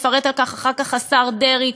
יפרט על כך אחר כך השר דרעי.